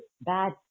bad